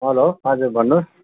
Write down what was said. hello हजुर भन्नुहोस्